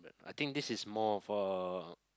I think this is more of a